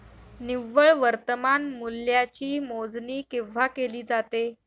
निव्वळ वर्तमान मूल्याची मोजणी केव्हा केली जाते?